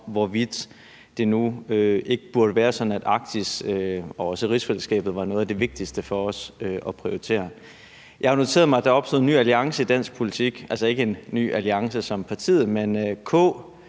hvorvidt det burde være sådan, at Arktis og også rigsfællesskabet var noget af det vigtigste for os at prioritere. Jeg har noteret mig, at der er opstået en ny alliance i dansk politik, altså ikke Ny Alliance forstået som partiet, men en